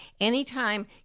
anytime